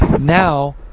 Now